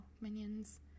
Minions